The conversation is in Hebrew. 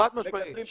חד משמעית.